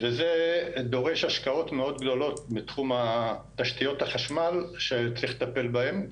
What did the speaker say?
וזה דורש השקעות מאוד גדולות בתחום תשתיות החשמל שצריך לטפל בהן,